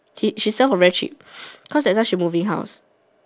she she sell for very cheap because that time she moving house